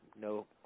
no